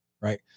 right